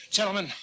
Gentlemen